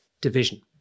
division